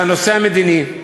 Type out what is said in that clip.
זה הנושא המדיני,